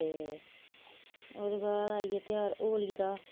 ओहदे बाद आई ं गेआ होली दा